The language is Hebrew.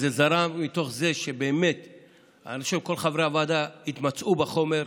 אבל זה זרם מתוך זה שאני חושב שכל חברי הוועדה התמצאו בחומר.